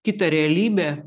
kitą realybę